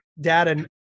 data